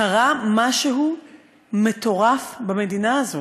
קרה משהו מטורף במדינה הזאת.